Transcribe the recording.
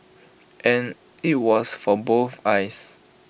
and IT was for both eyes